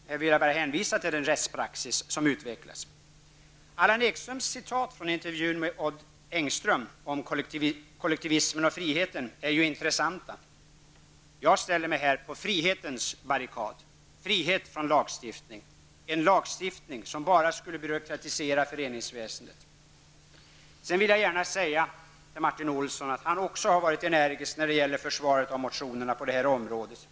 Här vill jag bara hänvisa till den rättspraxis som har utvecklats. Allan Ekströms citat från intervjun med Odd Engström om kollektivismen och friheten är ju intressanta. Jag ställer mig här på frihetens barrikad -- frihet från lagstiftning, en lagstiftning som bara skulle byråkratisera föreningsväsendet. Jag vill till Martin Olsson säga att även han har varit energisk när det gäller försvaret av motionerna på detta område.